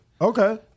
Okay